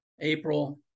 April